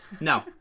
No